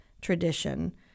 tradition